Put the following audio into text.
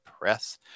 press